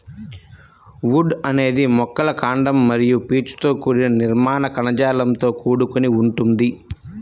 would అనేది మొక్కల కాండం మరియు పీచుతో కూడిన నిర్మాణ కణజాలంతో కూడుకొని ఉంటుంది